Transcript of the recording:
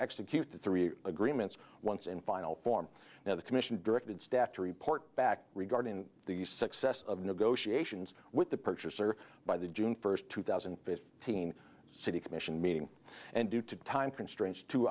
execute the three agreements once and final form now the commission directed staff to report back regarding the success of negotiations with the purchaser by the june first two thousand and fifteen city commission meeting and due to time constraints two